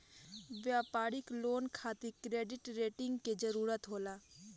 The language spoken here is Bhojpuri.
व्यापारिक लोन खातिर क्रेडिट रेटिंग के जरूरत होला